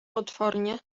potwornie